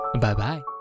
bye-bye